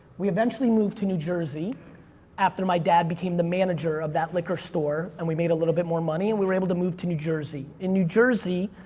we eventually moved to new jersey after my dad became the manager of that liquor store, and we made a little bit more money, and we were able to move to new jersey. in new jersey,